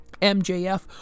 MJF